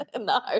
No